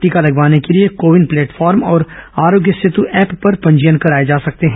टीका लगवाने के लिए को विन प्लेटफॉर्म और आरोग्य सेत् ऐप पर पंजीयन कराए जा सकते हैं